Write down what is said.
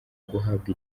guhabwa